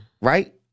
right